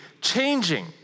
changing